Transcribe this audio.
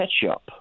ketchup